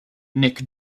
nick